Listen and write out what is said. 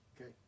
okay